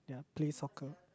play soccer